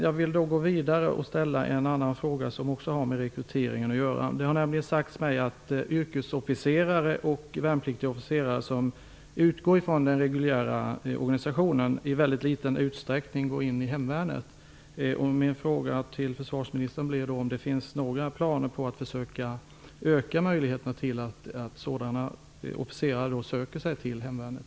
Jag vill vidare ställa en annan fråga som också har med rekryteringen att göra. Det har nämligen sagts mig att yrkesofficerare och värnpliktigoffi cerare som utgår från den reguljära organisatio nen i väldigt liten utsträckning går in i hemvärnet. Finns det några planer på att försöka få sådana of ficerare att söka sig till hemvärnet?